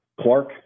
Clark